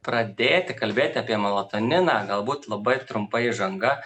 pradėti kalbėti apie melatoniną galbūt labai trumpa įžanga